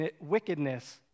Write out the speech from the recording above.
wickedness